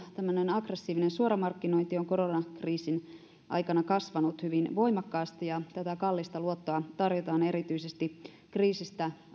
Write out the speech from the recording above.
aggressiivinen suoramarkkinointi on koronakriisin aikana kasvanut hyvin voimakkaasti ja kallista luottoa tarjotaan erityisesti kriisistä